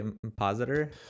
Compositor